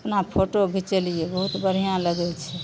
आब फोटो घिचेलिए बहुत बढ़िआँ लगै छै